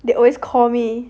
they always call me